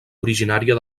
originària